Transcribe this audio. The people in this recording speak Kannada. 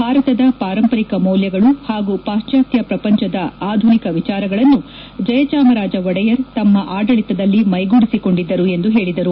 ಭಾರತದ ಪಾರಂಪರಿಕ ಮೌಲ್ಯಗಳು ಹಾಗೂ ಪಾತ್ವಾತ್ಯ ಪ್ರಪಂಚದ ಆಧುನಿಕ ವಿಚಾರಗಳನ್ನು ಜಯಚಾಮರಾಜ ಒಡೆಯರ್ ತಮ್ಮ ಆಡಳಿತದಲ್ಲಿ ಮೈಗೂಡಿಸಿಕೊಂಡಿದ್ದರು ಎಂದು ಹೇಳಿದರು